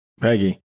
Peggy